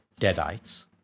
Deadites